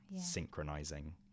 synchronizing